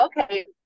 okay